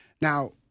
Now